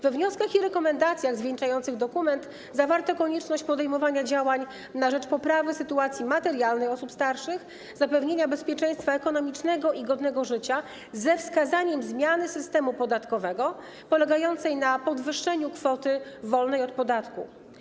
We wnioskach i rekomendacjach zwieńczających dokument zawarto konieczność podejmowania działań na rzecz poprawy sytuacji materialnej osób starszych, zapewnienia bezpieczeństwa ekonomicznego i godnego życia - ze wskazaniem zmiany systemu podatkowego polegającej na podwyższeniu kwoty wolnej od podatku.